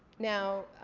now